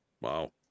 Wow